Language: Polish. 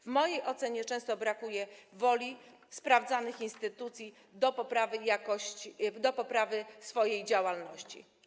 W mojej ocenie często brakuje sprawdzanym instytucjom woli poprawy jakości, poprawy swojej działalności.